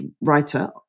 writer